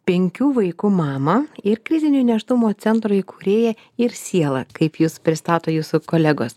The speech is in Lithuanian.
penkių vaikų mamą ir krizinio nėštumo centro įkūrėją ir sielą kaip jus pristato jūsų kolegos